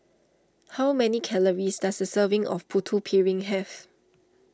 how many calories does a serving of Putu Piring have